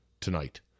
tonight